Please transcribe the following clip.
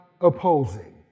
opposing